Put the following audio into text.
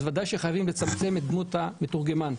ודאי שחייבים לצמצם את דמות המתורגמן.